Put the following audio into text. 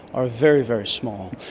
are very, very small.